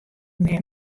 mem